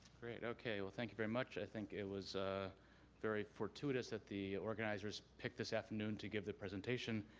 great okay, well thank you very much. i think it was very fortuitous that the organizers picked this afternoon to give the presentation,